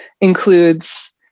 includes